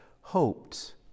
hoped